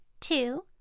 two